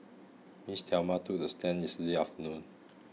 Miss Thelma took the stand yesterday afternoon